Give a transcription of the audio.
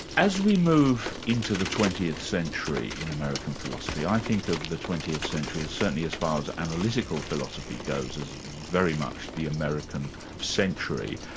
as we move into the twentieth century in american philosophy, i think of the twentieth century, certainly as far as analytical philosophy goes, as very much the american century,